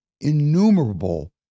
innumerable